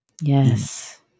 yes